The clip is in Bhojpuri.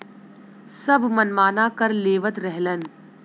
सब मनमाना कर लेवत रहलन